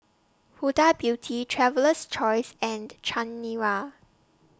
Huda Beauty Traveler's Choice and Chanira